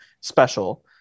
special